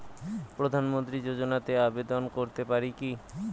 প্রধানমন্ত্রী যোজনাতে আবেদন করতে পারি কি?